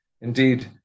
indeed